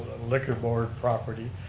liquor board property.